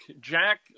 Jack